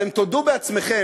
אתם תודו בעצמכם